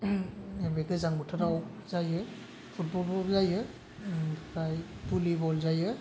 बे गोजां बोथोराव जायो फुटबलबाबो जायो ओमफ्राय भलीबल जायो